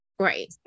Right